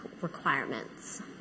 requirements